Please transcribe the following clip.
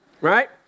right